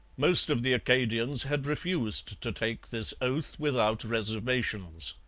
most of the acadians had refused to take this oath without reservations.